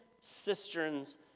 cisterns